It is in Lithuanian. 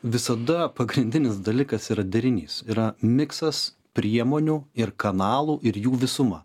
visada pagrindinis dalykas yra derinys yra miksas priemonių ir kanalų ir jų visuma